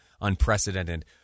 unprecedented